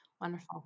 wonderful